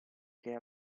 che